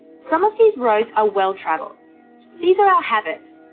some of these roads are well travelled these are our habits,